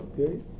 Okay